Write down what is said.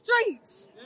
streets